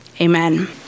Amen